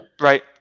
Right